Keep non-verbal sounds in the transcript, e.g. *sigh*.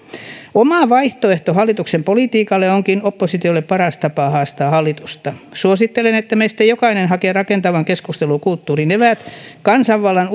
oma vaihtoehto hallituksen politiikalle onkin oppositiolle paras tapa haastaa hallitusta suosittelen että meistä jokainen hakee rakentavan keskustelukulttuurin eväät kansanvallan *unintelligible*